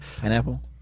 Pineapple